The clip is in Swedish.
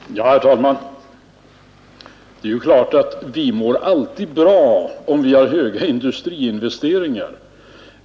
Herr talman! Det är klart att vi alltid mår bra om vi har höga industriinvesteringar.